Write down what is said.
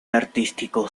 artístico